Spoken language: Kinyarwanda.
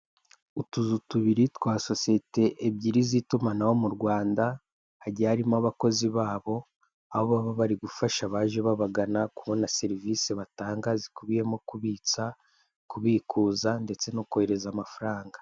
Utuzu tubiri twa sosoyete ebyizi z'itumahano mu Rwanda, hagiye harimo abakozi babo, aho baba bari gufasha abaje babagana kubona serivise batanga, zikubiyemo kubitsa, kubikuza, ndetse no kohereza amafaranga.